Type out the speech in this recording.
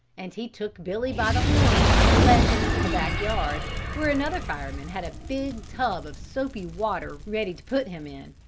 and he took billy by the horns and led him into the back yard where another fireman had a big tub of soapy water ready to put him in.